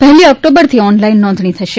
પહેલી ઓક્ટોબરથી ઓનલાઇન નોંધણી થશે